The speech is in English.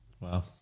Wow